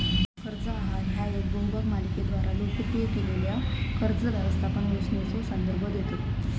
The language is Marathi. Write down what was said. कर्ज आहार ह्या येका बहुभाग मालिकेद्वारा लोकप्रिय केलेल्यो कर्ज व्यवस्थापन योजनेचो संदर्भ देतत